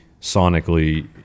sonically